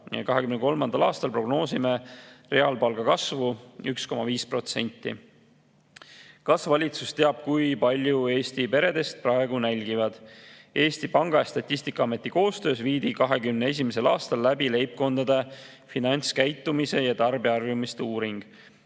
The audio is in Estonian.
2023. aastal prognoosime reaalpalga kasvu 1,5%. "Kas valitsus teab kui palju Eesti peredest praegu nälgiv[a]d?" Eesti Panga ja Statistikaameti koostöös viidi 2021. aastal läbi leibkondade finantskäitumise ja tarbijaharjumuste uuring.